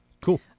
Cool